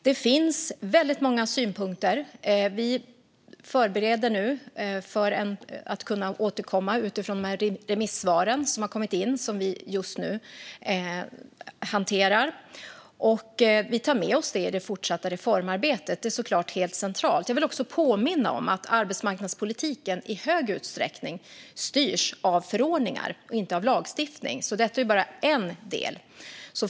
Det finns väldigt många synpunkter. Vi förbereder oss nu för att kunna återkomma utifrån de remissvar som har kommit in och som vi just nu hanterar. Vi tar med oss det i det fortsatta reformarbetet. Det är såklart helt centralt. Jag vill också påminna om att arbetsmarknadspolitiken i hög utsträckning styrs av förordningar och inte av lagstiftning. Detta är alltså bara en del.